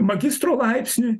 magistro laipsnį